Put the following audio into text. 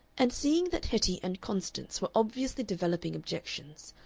and seeing that hetty and constance were obviously developing objections,